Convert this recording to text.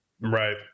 Right